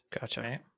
Gotcha